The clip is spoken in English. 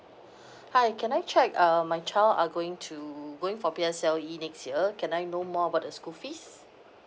hi can I check uh my child are going to going for P_S_L_E next year can I know more about the school fees